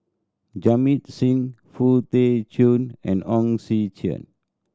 Jamit Singh Foo Tee Jun and Hong Sek Chern